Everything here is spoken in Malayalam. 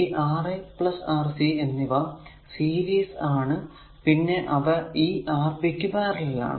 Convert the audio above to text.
ഈ Ra Rc എന്നിവ സീരീസ് ആണ് പിന്നെ അവ ഈ Rb ക്കു പാരലൽ ആണ്